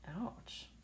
Ouch